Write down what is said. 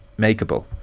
makeable